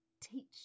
teach